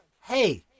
hey